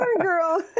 girl